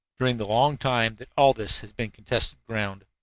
during the long time that all this has been contested ground.